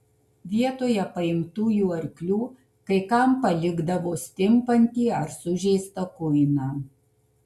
vietoje paimtųjų arklių kai kam palikdavo stimpantį ar sužeistą kuiną